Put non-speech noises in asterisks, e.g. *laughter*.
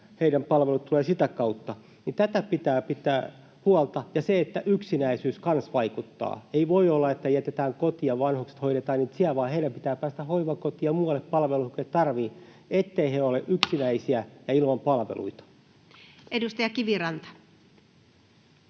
heidän palvelunsa tulevat sitä kautta, ja tästä pitää pitää huolta. Ja yksinäisyys kanssa vaikuttaa. Ei voi olla, että jätetään vanhukset kotiin ja hoidetaan heidät siellä, vaan heidän pitää päästä hoivakotiin ja muualle palveluihin, joita he tarvitsevat, etteivät he ole yksinäisiä *noise* ja ilman palveluita. Edustaja Kiviranta.